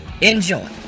Enjoy